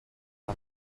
mae